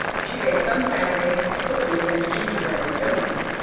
she bakes on saturday cookies and gingerbread and doughnuts.